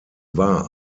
war